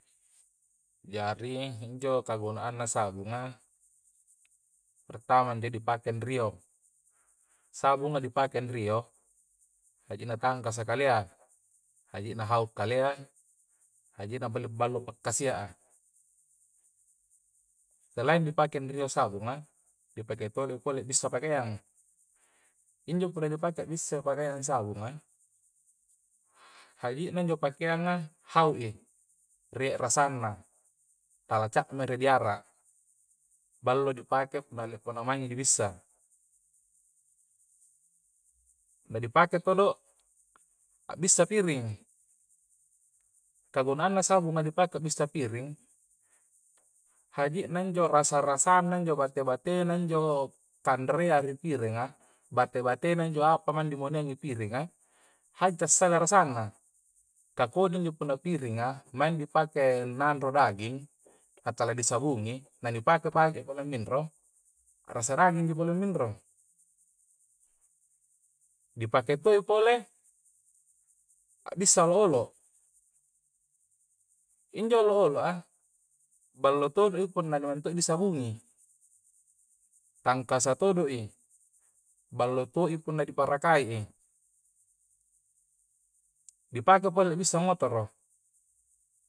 Jari injo kagunanna sabunga' retang'mandi dipakai anrio' sabunga dipakai anrio' haji' na tangkasa'i kalea haji na hau' kalea haji'na pole pallu' pakkasia'a salaing di pakai anrio' sabunga, dipakai toto'i pole bissa' pakeang injo punna dipakai bissa' pakeanga bissa sabunga' haji'na injo pakeanga hau'i rie' rasanna tala ca'mara di ara' ballo di pakai pale punna maengi di bissa' na dipakai todo a'bissa piring kah gunaana sabunga dipakai bisaa piring haji'na injo rasa'rasana njo', bate-batena njo' kanrea' ri piringa bate-batena injo apa maeng dimoninga ri piringa' hai' tassala rasanna kah kodiji punna piringa maeng dipakai nanro daging tala disabungi, na ni dipakai' pake punna minro' a'rasa daging injo punna minro' dipakai to' pole a'bissai olo-olo injo olo-oloa ballo todo'i punna nanuni disabungi' tangakasa todoi ballo to'i diparakai'i dipakai pole bissa motoro'